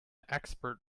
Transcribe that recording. expert